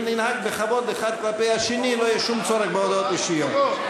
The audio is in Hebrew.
אם ננהג בכבוד האחד כלפי השני לא יהיה שום צורך בהודעות אישיות.